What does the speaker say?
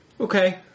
Okay